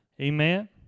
Amen